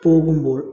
പോകുമ്പോൾ